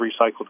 recycled